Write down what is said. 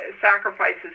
sacrifices